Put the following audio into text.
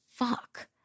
fuck